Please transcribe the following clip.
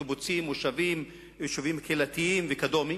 קיבוצים, מושבים, יישובים קהילתיים וכדומה,